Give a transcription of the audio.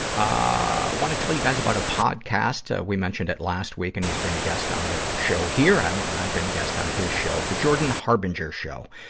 ah wanna tell you guys about a podcast. ah we mentioned it last week, and he's been a guest the show here. i, i've been a guest on his show. the jordan harbinger show.